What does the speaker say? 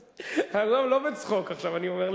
לא בצחוק עכשיו אני אומר,